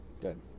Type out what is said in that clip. Good